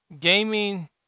gaming